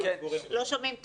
השעתיים.